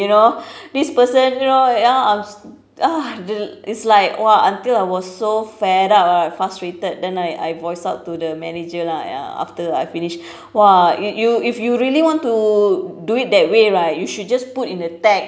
you know this person you know ya I was ugh the it's like !wah! until I was so fed up ah frustrated then I I voice out to the manager lah ya after I finished !wah! you you if you really want to do it that way right you should just put in the tag